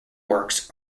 works